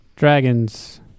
Dragons